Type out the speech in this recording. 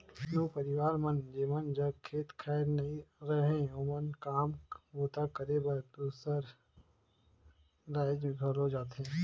केतनो परिवार मन जेमन जग खेत खाएर नी रहें ओमन काम बूता करे बर दूसर राएज घलो जाथें